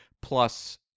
plus